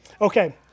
Okay